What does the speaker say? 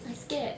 I scared